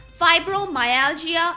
fibromyalgia